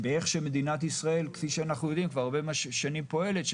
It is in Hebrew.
כפי שמדינת ישראל כבר הרבה שנים פועלת,